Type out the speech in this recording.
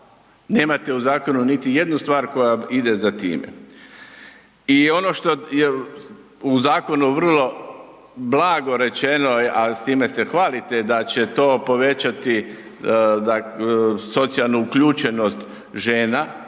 Nemate u zakonu niti jednu stvar koja ide za time. I ono što je u zakonu vrlo blago rečeno, a s time se hvalite da će to povećati socijalnu uključenost žena,